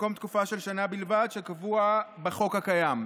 במקום תקופה של שנה בלבד שקבועה בחוק הקיים.